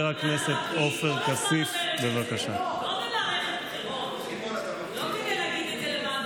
נעמה, אני מאמינה לה, כי היא כל הזמן